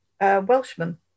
Welshman